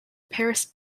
paris